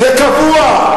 זה קבוע.